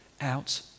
out